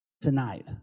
tonight